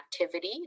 activity